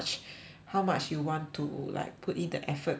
how much you want to like put in the effort to